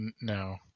No